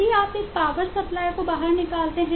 यदि आप एक पावर सप्लाई हैं